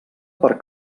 per